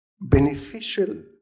beneficial